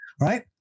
Right